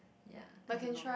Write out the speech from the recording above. ya I don't know